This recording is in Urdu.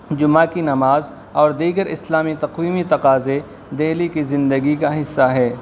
جمعہ کی نماز اور دیگر اسلامی تقویمی تقاضے دہلی کی زندگی کا حصہ ہے